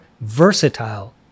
versatile